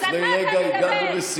אז על מה הוא מדבר?